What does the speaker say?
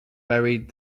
buried